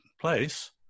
place